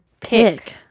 pick